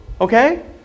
Okay